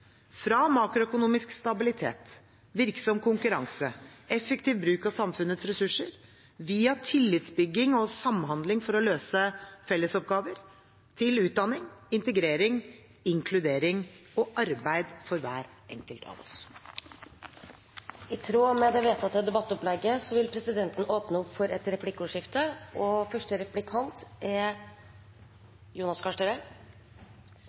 fra makroøkonomisk stabilitet, virksom konkurranse og effektiv bruk av samfunnets ressurser, via tillitsbygging og samhandling for å løse fellesoppgaver, til utdanning, integrering, inkludering og arbeid for hver enkelt av oss. I tråd med det vedtatte debattopplegget vil presidenten åpne for replikkordskifte. Dette er en viktig debatt, og